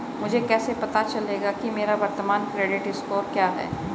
मुझे कैसे पता चलेगा कि मेरा वर्तमान क्रेडिट स्कोर क्या है?